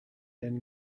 then